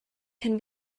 can